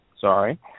Sorry